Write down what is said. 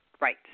right